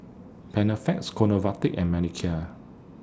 Panaflex Convatec and Molicare